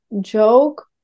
joke